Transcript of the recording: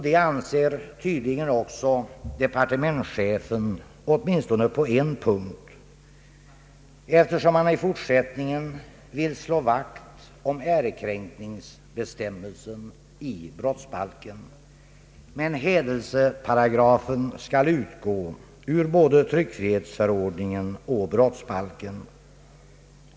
Det anser tydligen också departementschefen, åtminstone på en punkt, eftersom han i fortsättningen vill slå vakt om ärekränkningsbestämmelsen i brottsbalken. Men hädelseparagrafen skall utgå ur både tryckfrihetsförordningen och brottsbalken.